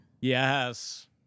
Yes